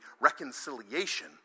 reconciliation